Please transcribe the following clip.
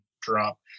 drop